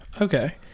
Okay